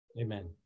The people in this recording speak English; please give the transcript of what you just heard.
Amen